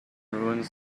ruins